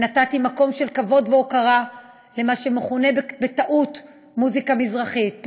ונתתי מקום של כבוד והוקרה למה שמכונה בטעות "מוזיקה מזרחית"; לא,